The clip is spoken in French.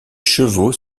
chevaux